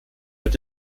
mit